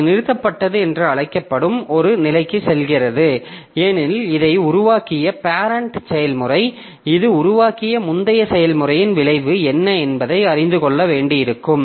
இது நிறுத்தப்பட்டது என்று அழைக்கப்படும் ஒரு நிலைக்குச் செல்கிறது ஏனெனில் இதை உருவாக்கிய பேரெண்ட் செயல்முறை இது உருவாக்கிய முந்தைய செயல்முறையின் விளைவு என்ன என்பதை அறிந்து கொள்ள வேண்டியிருக்கும்